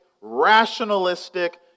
rationalistic